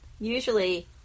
usually